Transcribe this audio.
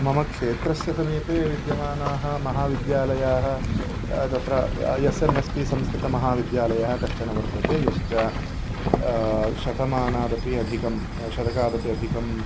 मम क्षेत्रस्य समीपे विद्यमानाः महाविद्यालयाः तत्र एस् एम् एस् पी संस्कृतमहाविद्यालयः कश्चन वर्तते यश्च शतमानादपि अधिकं शतकादपि अधिकम्